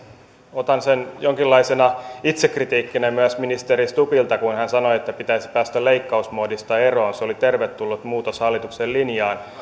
otan jonkinlaisena itsekritiikkinä myös ministeri stubbilta sen kun hän sanoi että pitäisi päästä leikkausmoodista eroon se oli tervetullut muutos hallituksen linjaan